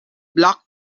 blocked